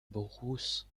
bruce